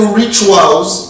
rituals